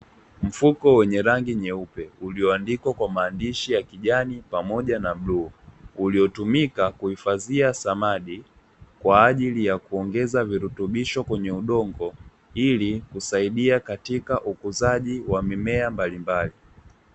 Mfuko wenye rangi nyeupe ulio andikwa kwa maandishi ya kijani pamoja na bluu. Ulio tumika kuhifadhia samadi kwa ajili ya kuongeza virutubisho kwenye udongo hili kusaidia katika ukuzaji wa mimea mbalimbali.